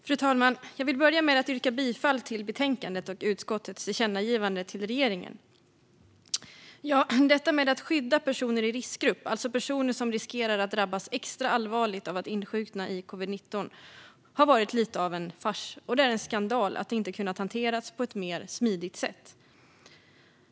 Fru talman! Jag vill börja med att yrka bifall till utskottets förslag i betänkandet, om ett tillkännagivande till regeringen. Detta med att skydda personer i riskgrupp, alltså personer som riskerar att drabbas extra allvarligt av att insjukna i covid-19, har varit lite av en fars. Det är skandal att det inte har kunnat hanteras på ett mer smidigt sätt.